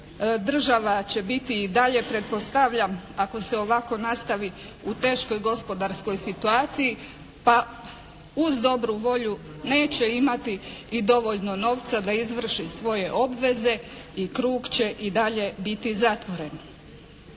Država će biti i dalje pretpostavljam ako se ovako nastavi u teškoj gospodarskoj situaciji pa uz dobru volju neće imati i dovoljno novca da izvrši svoje obveze i krug će i dalje biti zatvoren.